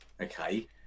Okay